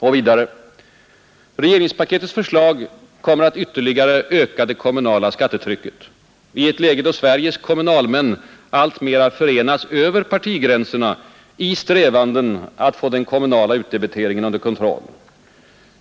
Och vidare: Regeringspaketets förslag kommer att ytterligare öka det kommunala skattetrycket, i ett läge då Sveriges kommunalmän alltmera förenas över partigränserna i strävanden att få den kommunala utdebiteringen under kontroll.